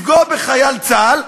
לפגוע בחייל צה"ל,